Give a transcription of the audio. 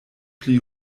pli